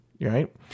right